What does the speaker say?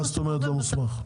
מה זאת אומרת "לא מוסמך"?